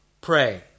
pray